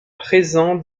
présent